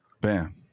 bam